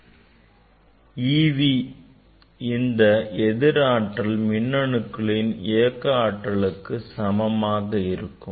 e v இந்த எதிர் ஆற்றல் மின்னணுக்களின் இயக்க ஆற்றலுக்கு சமமாக இருக்கும்